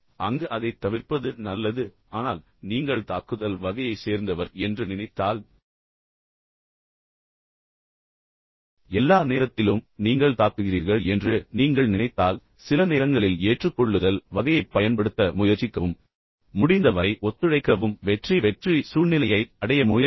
அங்கு அதைத் தவிர்ப்பது நல்லது ஆனால் நீங்கள் தாக்குதல் வகையை சேர்ந்தவர் என்று நினைத்தால் எல்லா நேரத்திலும் நீங்கள் தாக்குகிறீர்கள் என்று நீங்கள் நினைத்தால் சில நேரங்களில் ஏற்றுக்கொள்ளுதல் வகையைப் பயன்படுத்த முயற்சிக்கவும் முடிந்த வரை ஒத்துழைக்க முயற்சிக்கவும் வெற்றி வெற்றி சூழ்நிலையை அடைய முயற்சிக்கவும்